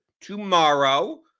tomorrow